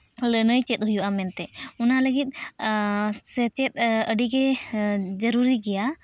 ᱞᱟᱹᱱᱟᱹᱭ ᱪᱮᱫ ᱦᱩᱭᱩᱜᱼᱟ ᱢᱮᱱᱛᱮ ᱚᱱᱟ ᱞᱟᱹᱜᱤᱫ ᱥᱮᱪᱮᱫ ᱟᱹᱰᱤᱜᱮ ᱡᱟᱹᱨᱩᱨᱤ ᱜᱮᱭᱟ